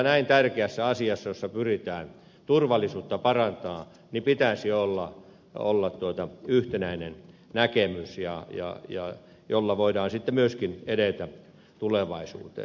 näin tärkeässä asiassa jossa pyritään turvallisuutta parantamaan pitäisi olla yhtenäinen näkemys jolla voidaan sitten myöskin edetä tulevaisuuteen